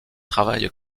travaille